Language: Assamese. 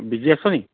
বিজি আছ নেকি